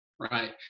right